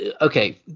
okay